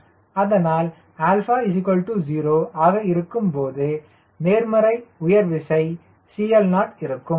அதனால் 𝛼 0 ஆக இருக்கும்போது நேர்மறை உயர் விசை 𝐶LO இருக்கும்